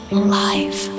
alive